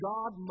God